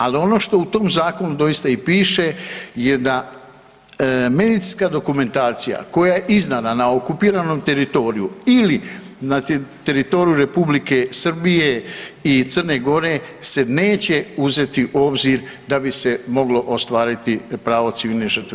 Ali on što u tom zakonu doista i piše je da medicinska dokumentacija koja je izdana na okupiranom teritoriju ili na teritoriju Republike Srbije i Crne Gore se neće uzeti u obzir da bi se moglo ostvariti pravo civilne žrtve